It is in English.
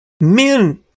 Men